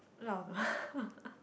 a lot of